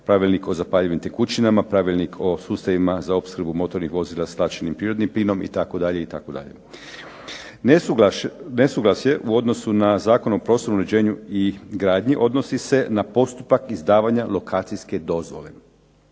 Pravilnik o zapaljivim tekućinama, Pravilnik o sustavima za opskrbu motornih vozila s tlačenim prirodnim plinom itd., itd. Nesuglasje u odnosu na Zakon o prostornom uređenju i gradnji odnosi se na postupak izdavanja lokacijske dozvole.